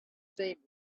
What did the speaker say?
same